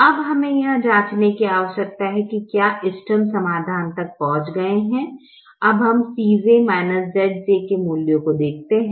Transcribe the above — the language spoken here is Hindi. अब हमें यह जाँचने की आवश्यकता है कि क्या इष्टतम समाधान तक पहुँच गये है अब हम Cj Zj के मूल्यों को देखते हैं